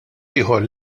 ieħor